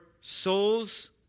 soul's